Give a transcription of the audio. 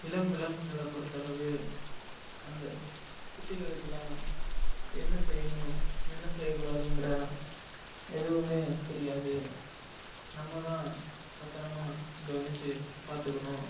இளம் விலங்குகளை பொறுத்த அளவு அந்தக் குட்டிகளுக்குலாம் என்ன செய்யணும் என்ன செய்யக்கூடாதுங்கிற எதுவுமே தெரியாது நம்மதான் பத்திரமா கவனித்து பார்த்துக்கணும்